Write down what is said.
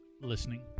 listening